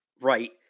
right